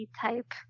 type